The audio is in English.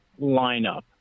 lineup